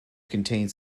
contains